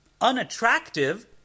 unattractive